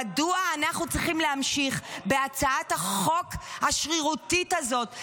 מדוע אנחנו צריכים להמשיך בהצעת החוק השרירותית הזאת,